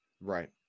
Right